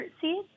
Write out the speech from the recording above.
seeds